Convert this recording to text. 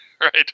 right